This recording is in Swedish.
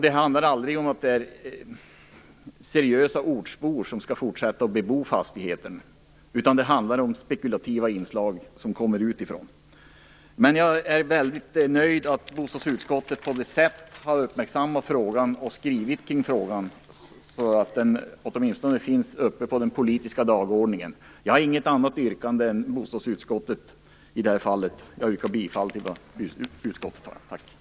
Det handlar aldrig om seriösa ortsbor som skall fortsätta att bebo fastigheter utan om spekulativa inslag utifrån. Jag är väldigt nöjd med att bostadsutskottet på detta sätt uppmärksammat frågan och skrivit kring den så att den åtminstone kommit upp på den politiska dagordningen. Jag har inget annat yrkande än utskottets, och jag yrkar alltså bifall till utskottets hemställan.